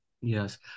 Yes